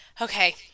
okay